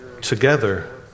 together